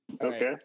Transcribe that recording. okay